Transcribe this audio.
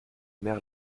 mères